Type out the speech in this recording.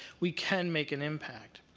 we can make an impact.